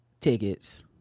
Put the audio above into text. tickets